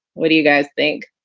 what do you guys think?